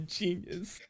genius